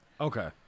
okay